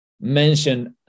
mentioned